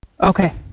Okay